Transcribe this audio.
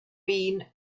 been